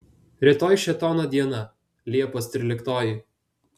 rytoj šėtono diena liepos tryliktoji